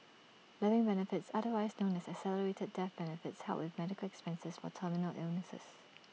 living benefits otherwise known as accelerated death benefits help with medical expenses for terminal illnesses